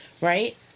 right